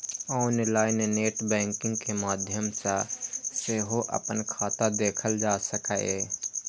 online net banking के माध्यम सं सेहो अपन खाता देखल जा सकैए